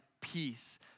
peace